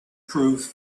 prove